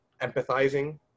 empathizing